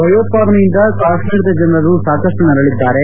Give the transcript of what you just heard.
ಭಯೋತ್ವಾದನೆಯಿಂದ ಕಾಶ್ಮೀರದ ಜನರು ಸಾಕಷ್ಟು ನರಳಿದ್ದಾರೆ